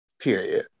Period